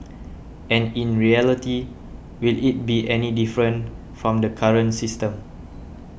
and in reality will it be any different from the current system